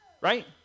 right